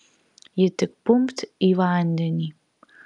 ji tik pumpt į vandenį